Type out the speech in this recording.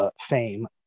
fame